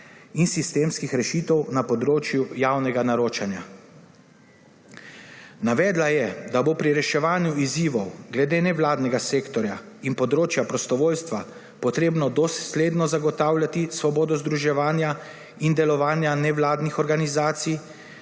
in sistemskih rešitev na področju javnega naročanja. Navedla je, da bo pri reševanju izzivov glede nevladnega sektorja in področja prostovoljstva treba dosledno zagotavljati svobodo združevanja in delovanja nevladnih organizacij